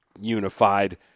Unified